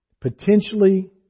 potentially